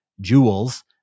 jewels